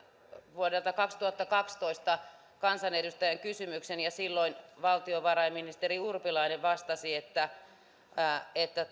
vuodelta kaksituhattakaksitoista kansanedustajan kysymyksen ja silloin valtiovarainministeri urpilainen vastasi että että